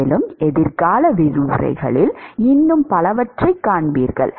மேலும் எதிர்கால விரிவுரைகளில் இன்னும் பலவற்றைக் காண்பீர்கள்